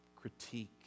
critique